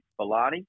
Bellani